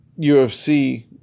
UFC